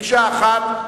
מקשה אחת.